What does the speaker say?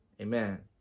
Amen